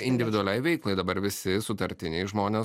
individualiai veiklai dabar visi sutartiniai žmonės